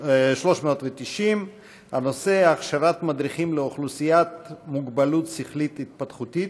390. הנושא: הכשרת מדריכים לאוכלוסייה עם מוגבלות שכלית-התפתחותית.